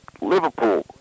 Liverpool